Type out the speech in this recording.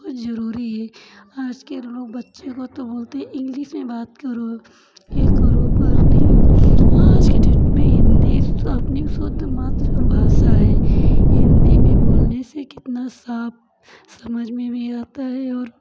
बहुत जरुरी है आज के लोग तो बच्चे को बोलते इंग्लिश में बात करो ये करो पर नहीं आज के डेट में हिंदी अपनी शुद्ध मातृभाषा है हिंदी में बोलने से कितना साफ समझ में आता है और